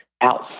out